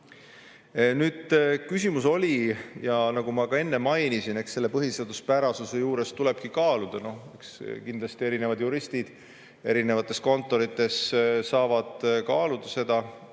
Küsimus oli – nagu ma ka enne mainisin –, et selle põhiseaduspärasust tuleb kaaluda, kindlasti erinevad juristid erinevates kontorites saavad kaaluda seda.